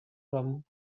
from